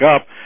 up